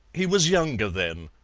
he was younger then.